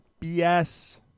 BS